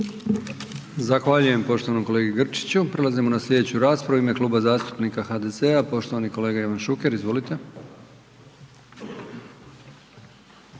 Zahvaljujem poštovanom kolegi Grčiću. Prelazimo na slijedeću raspravu, u ime Kluba zastupnika HDZ-a, poštovani kolega Ivan Šuker, izvolite.